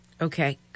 Okay